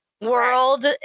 world